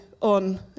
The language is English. on